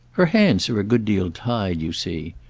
her hands are a good deal tied, you see.